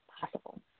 possible